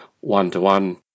one-to-one